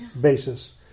basis